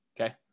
Okay